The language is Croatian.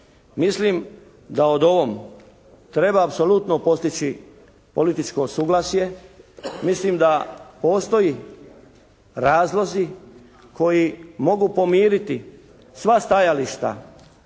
Mislim da o ovom treba apsolutno postići političko suglasje. Mislim da postoje razlozi koji mogu pomiriti sva stajališta,